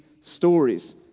stories